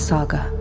Saga